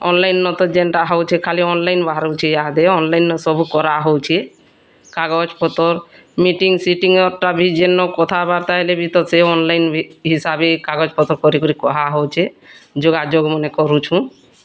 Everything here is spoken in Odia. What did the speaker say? ଅନ୍ଲାଇନ୍ ଜେଣ୍ଟା ହଉଛି ତ କେନ୍ ବାହାରୁଛି ସବୁ ଅନ୍ଲାଇନ୍ ତ ହଉଛି କାଗଜପତର୍ ମିଟିଙ୍ଗ୍ ସିଟିଙ୍ଗ୍ ଭି ଯେନ କଥାବାର୍ତ୍ତା ହେଲେବି ସେହି ଅନ୍ଲାଇନ୍ ତ ହିସାବେ କାଗଜ ପତର୍ କେ କୁହାଯାଉଛେ ଅନ୍ଲାଇନ୍ରେ କରୁଛୁ